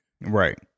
Right